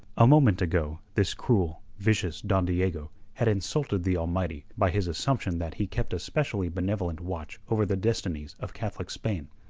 a moment ago this cruel, vicious don diego had insulted the almighty by his assumption that he kept a specially benevolent watch over the destinies of catholic spain.